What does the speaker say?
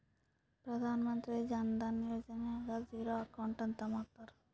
ಪ್ರಧಾನ್ ಮಂತ್ರಿ ಜನ ಧನ ಯೋಜನೆ ನಾಗ್ zero account ಅಂತ ಮಾಡ್ತಾರ